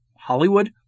Hollywood